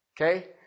Okay